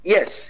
Yes